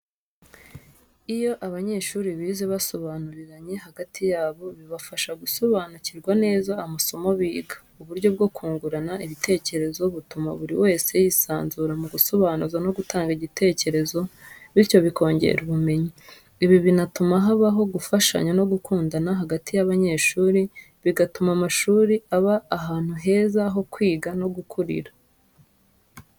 Iyo abanyeshuri bize basobanuriranye hagati yabo, bibafasha gusobanukirwa neza amasomo biga. Uburyo bwo kungurana ibitekerezo butuma buri wese yisanzura mu gusobanuza no gutanga igitekerezo, bityo bikongera ubumenyi. Ibi binatuma habaho gufashanya no gukundana hagati y'abanyeshuri, bigatuma amashuri aba ahantu heza ho kwiga no gukurira.